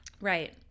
right